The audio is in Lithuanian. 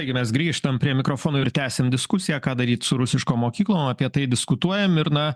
taigi mes grįžtam prie mikrofono ir tęsiam diskusiją ką daryt su rusiškom mokyklom apie tai diskutuojam ir na